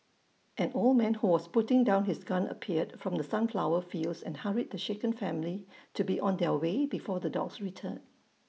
an old man who was putting down his gun appeared from the sunflower fields and hurried the shaken family to be on their way before the dogs return